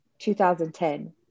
2010